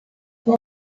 qual